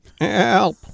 Help